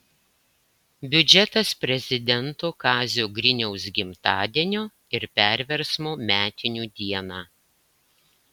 biudžetas prezidento kazio griniaus gimtadienio ir perversmo metinių dieną